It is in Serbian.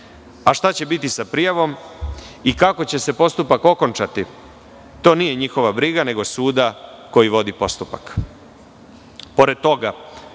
Šta će biti sa prijavom i kako će se postupak okončati, to nije njihova briga, nego suda koji vodi postupak. Pored